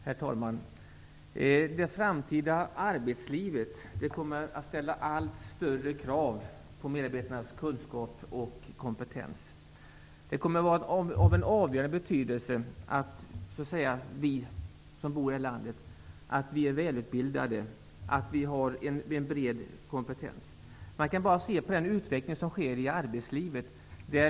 Herr talman! Det framtida arbetslivet kommer att ställa allt högre krav på medarbetarnas kunskap och kompetens. Det kommer att vara av avgörande betydelse att vi som bor i det här landet är välutbildade och att vi har en bred kompetens. Det räcker med att se på den utveckling som sker i arbetslivet.